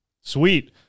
Sweet